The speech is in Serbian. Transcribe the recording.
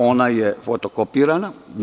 Ona je fotokopirana.